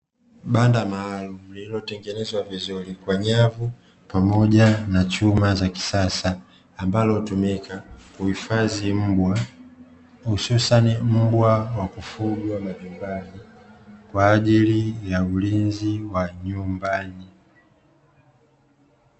Banda maalumu lililotengenezwa vizuri kwa nyavu pamoja na chuma za kisasa ambalo hutumika kuhifadhi mbwa, hususani mbwa wa kufugwa majumbani, kwa ajili ya ulinzi wa nyumbani.